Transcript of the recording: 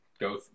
go